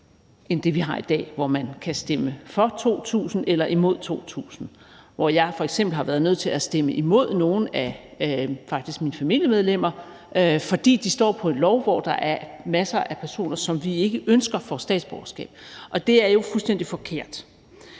end det, vi har i dag, hvor man kan stemme for 2.000 eller imod 2.000, hvor jeg f.eks. har været nødt til at stemme imod nogle af faktisk mine familiemedlemmer, fordi de står på en lov, hvor der er masser af personer, som vi ikke ønsker får statsborgerskab, og det er jo fuldstændig forkert.